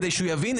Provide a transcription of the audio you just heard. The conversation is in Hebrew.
כדי שהוא יבין,